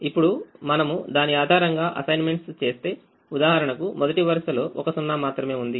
ఇప్పుడు మనము దాని ఆధారంగా అసైన్మెంట్స్ చేస్తే ఉదాహరణకు మొదటి వరుసలో ఒక 0 మాత్రమే ఉంది